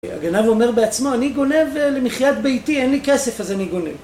הגנב אומר בעצמו, אני גונב למחיית ביתי, אין לי כסף אז אני גונב